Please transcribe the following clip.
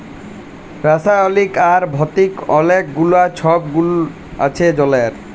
রাসায়লিক আর ভতিক অলেক গুলা ছব গুল আছে জলের